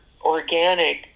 organic